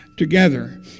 Together